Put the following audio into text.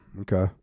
Okay